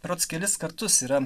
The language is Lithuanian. berods kelis kartus yra